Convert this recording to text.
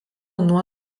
nuo